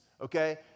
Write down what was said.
Okay